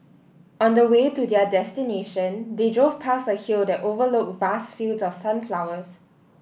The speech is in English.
on the way to their destination they drove past a hill that overlooked vast fields of sunflowers